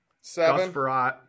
Seven